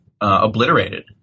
obliterated